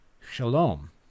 Shalom